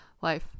life